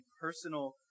personal